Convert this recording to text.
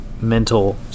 mental